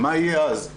מה יהיה אז?